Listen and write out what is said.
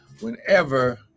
whenever